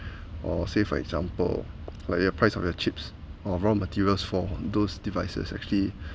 or say for example like your price of your chips or raw materials for those devices actually